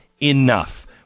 enough